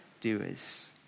doers